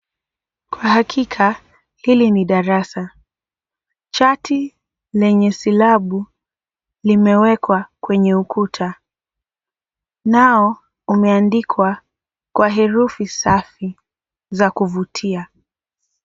Kwa hakika hili ni darasa. Chati lenye silabu limewekwa kwenye ukuta. Nao umeandikwa kwa herufi safi za kuvutia.